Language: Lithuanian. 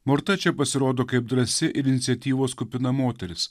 morta čia pasirodo kaip drąsi ir iniciatyvos kupina moteris